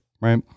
right